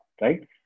right